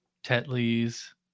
Tetley's